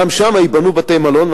גם שם ייבנו בתי-מלון,